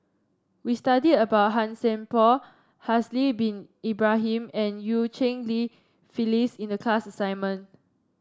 we studied about Han Sai Por Haslir Bin Ibrahim and Eu Cheng Li Phyllis in the class assignment